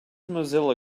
mozilla